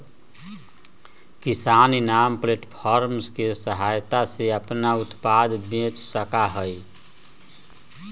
किसान eNAM platform के सहायता से अपन उत्पाद बेच सका हई